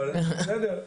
אבל בסדר,